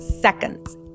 seconds